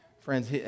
Friends